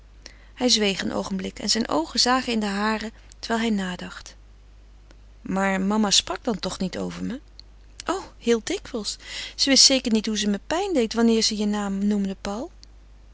hij zweeg een oogenblik en zijn oogen zagen in de hare terwijl hij nadacht maar mama sprak toch niet over me o heel dikwijls ze wist zeker niet hoe ze me pijn deed wanneer ze je naam noemde paul